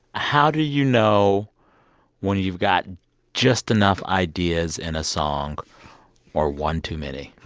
how do you know when you've got just enough ideas in a song or one too many?